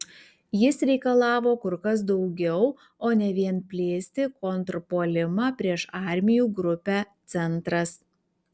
jis reikalavo kur kas daugiau o ne vien plėsti kontrpuolimą prieš armijų grupę centras